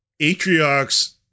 Atriox